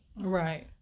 right